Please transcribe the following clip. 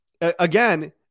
again